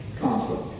conflict